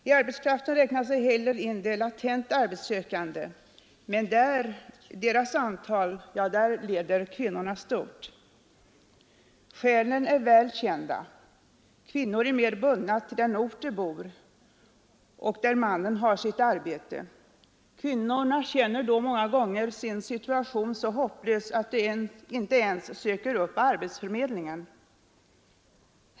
I denna inräknas ej heller de latent arbetssökande, men när det gäller deras antal leder kvinnorna stort. Skälen är väl kända: kvinnor är mera bundna till den ort där de bor och där mannen har sitt arbete. Kvinnorna känner då många gånger sin situation så hopplös, att de inte ens söker upp arbetsförmedlingen.